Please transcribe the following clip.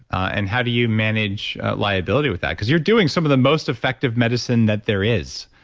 and how do you manage liability with that? because you're doing some of the most effective medicine that there is,